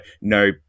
no